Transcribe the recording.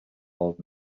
old